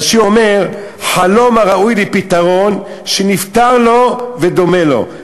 השיר אומר: חלום הראוי לפתרון, שנפתר לו ודומה לו.